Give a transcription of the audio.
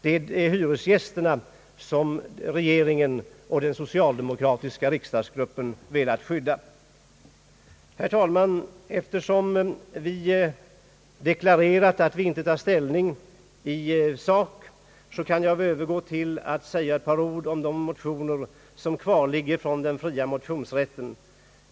Det är hyresgästerna som regeringen och den socialdemokratiska riksdagsgruppen velat skydda. Herr talman! Eftersom vi deklarerat att vi inte tar ställning i sak, kan jag övergå till att anföra några ord om de motioner som kvarligger från den fria motionstiden.